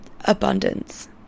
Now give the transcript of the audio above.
abundance